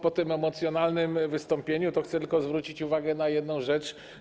Po tym emocjonalnym wystąpieniu chcę tylko zwrócić uwagę na jedną rzecz.